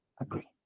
agree